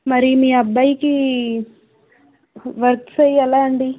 మరి మీ అబ్బాయికి వర్క్స్ అవి ఎలా అండి